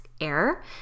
air